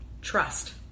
Trust